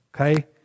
okay